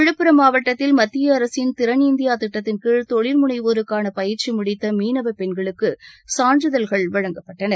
விழுப்புரம் மாவட்டத்தில் மத்திய அரசின் திறன் இந்தியா திட்டத்தின்கீழ் தொழில் முனைவோருக்கான பயிற்சி முடித்த மீனவப் பெண்களுக்கு சான்றிதழ்கள் வழங்கப்பட்டன